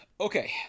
okay